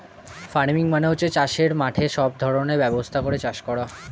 farming মানে হচ্ছে চাষের মাঠে সব ধরনের ব্যবস্থা করে চাষ করা